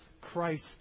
Christ